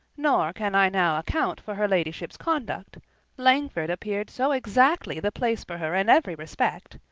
nor can i now account for her ladyship's conduct langford appeared so exactly the place for her in every respect,